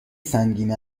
سنگین